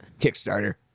Kickstarter